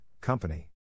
Company